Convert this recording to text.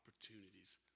opportunities